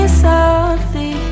softly